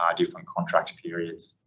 ah different contract periods.